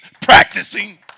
practicing